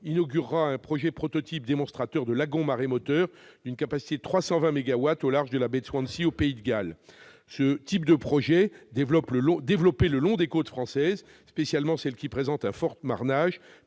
inaugurera un projet prototype démonstrateur de lagon marémoteur d'une capacité de 320 mégawatts au large de la baie de Swansea, au Pays de Galles. Ce type de projet, s'il était développé le long des côtes françaises, en particulier de celles qui présentent un fort marnage,